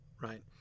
right